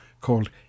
called